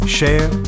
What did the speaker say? Share